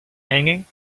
hanging